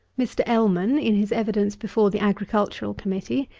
mr. ellman, in his evidence before the agricultural committee,